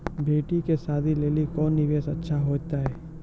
बेटी के शादी लेली कोंन निवेश अच्छा होइतै?